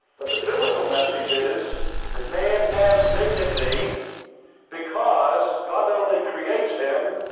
but the biblical message is that man has dignity because god not only creates him,